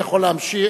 אדוני יכול להוסיף.